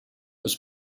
was